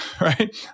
right